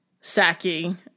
sacking